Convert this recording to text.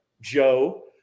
Joe